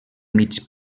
mig